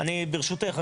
ברשותך,